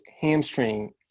hamstring